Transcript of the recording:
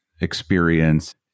experience